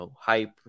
hype